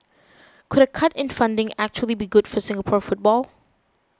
could a cut in funding actually be good for Singapore football